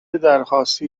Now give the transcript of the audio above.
درخواستی